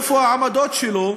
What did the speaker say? איפה העמדות שלו,